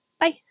Bye